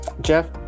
Jeff